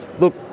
look